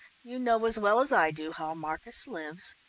you know as well as i do how marcus lives.